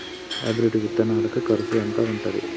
Hybrid విత్తనాలకి కరుసు ఎంత ఉంటది?